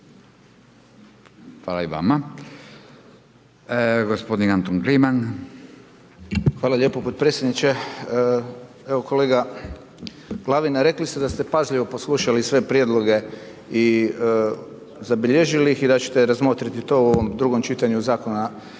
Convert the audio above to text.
Hvala i vama.